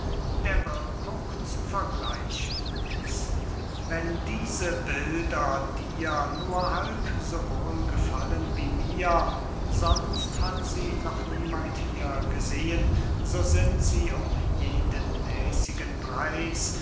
der wirkung zu vergleichen ist wenn diese bilder dir nur halb so wohl gefallen wie mir sonst hat sie noch niemand hier gesehen so sind sie um jeden mäßigen preis